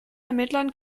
ermittlern